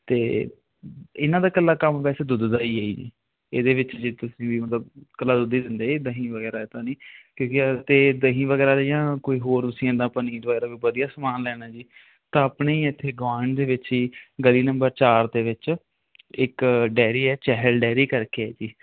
ਅਤੇ ਇਹਨਾਂ ਦਾ ਇਕੱਲਾ ਕੰਮ ਵੈਸੇ ਦੁੱਧ ਦਾ ਹੀ ਹੈ ਇਹਦੇ ਵਿੱਚ ਜੇ ਤੁਸੀਂ ਵੀ ਮਤਲਬ ਇਕੱਲਾ ਦੁੱਧ ਹੀ ਦਿੰਦੇ ਜੀ ਦਹੀਂ ਵਗੈਰਾ ਤਾਂ ਨਹੀਂ ਕਿਉਂਕਿ ਜ਼ਿਆਦਾ ਤਾਂ ਦਹੀਂ ਵਗੈਰਾ ਤਾਂ ਜਾਂ ਕੋਈ ਹੋਰ ਤੁਸੀਂ ਇੱਦਾਂ ਪਨੀਰ ਵਗੈਰਾ ਵਧੀਆ ਸਮਾਨ ਲੈਣਾ ਜੀ ਤਾਂ ਆਪਣੇ ਹੀ ਇੱਥੇ ਗੁਆਂਢ ਦੇ ਵਿੱਚ ਹੀ ਗਲੀ ਨੰਬਰ ਚਾਰ ਦੇ ਵਿੱਚ ਇੱਕ ਡੈਰੀ ਆ ਚਹਿਲ ਡੈਰੀ ਕਰਕੇ ਹੈ ਜੀ